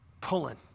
pulling